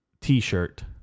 t-shirt